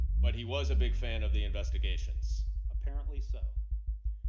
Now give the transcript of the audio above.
but he was a big fan of the investigations? apparently so.